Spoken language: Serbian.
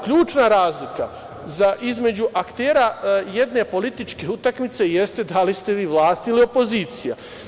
Ključna razlika između aktera jedne političke utakmice jeste da li ste vi vlast ili opozicija.